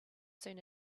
soon